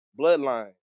Bloodline